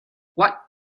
what